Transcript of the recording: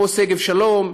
כמו שגב שלום,